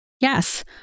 Yes